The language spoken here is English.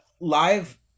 live